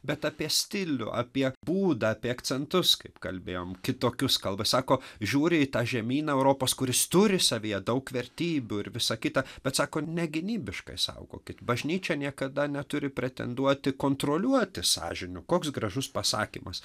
bet apie stilių apie būdą apie akcentus kaip kalbėjom kitokius kalbas sako žiūri į tą žemyną europos kuris turi savyje daug vertybių ir visa kita bet sako negynybiškai saugokit bažnyčia niekada neturi pretenduoti kontroliuoti sąžinių koks gražus pasakymas